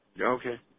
Okay